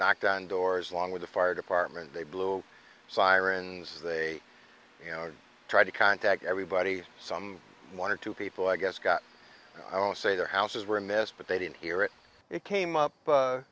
knocked on doors along with the fire department they blew sirens they you know tried to contact everybody some one or two people i guess got i'll say their houses were a mess but they didn't hear it it came up